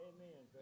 Amen